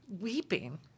weeping